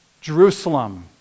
Jerusalem